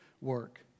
work